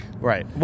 Right